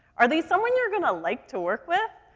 are they someone you're gonna like to work with?